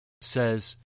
says